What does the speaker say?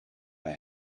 bij